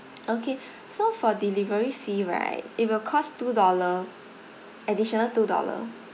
okay so for delivery fee right it will cost two dollar additional two dollar